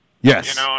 Yes